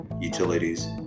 utilities